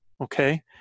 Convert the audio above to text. Okay